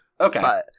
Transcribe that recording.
Okay